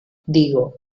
digo